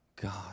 God